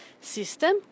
system